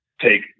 take